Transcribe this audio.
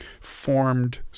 formed